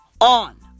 on